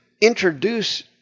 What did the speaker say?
introduce